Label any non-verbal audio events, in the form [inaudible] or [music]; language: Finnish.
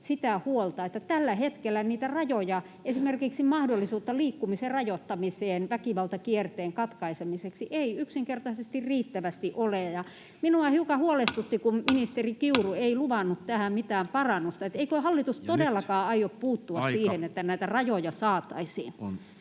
sitä huolta, että tällä hetkellä niitä rajoja, esimerkiksi mahdollisuutta liikkumisen rajoittamiseen väkivaltakierteen katkaisemiseksi, ei yksinkertaisesti riittävästi ole. Minua hiukan [noise] huolestutti, kun ministeri Kiuru ei luvannut tähän mitään parannusta. Eikö hallitus [noise] todellakaan aio puuttua siihen, että näitä rajoja saataisiin?